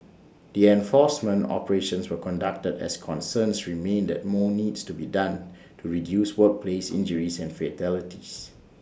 the enforcement operations were conducted as concerns remain that more needs to be done to reduce workplace injuries and fatalities